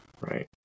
right